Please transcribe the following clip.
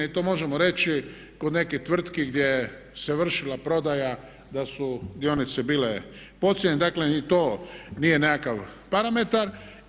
I to možemo reći kod nekih tvrtki gdje se vršila prodaja da su dionice bile podcijenjene, dakle ni to nije nekakav parametar.